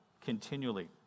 continually